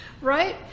right